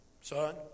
son